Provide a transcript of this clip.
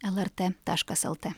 lrt taškas lt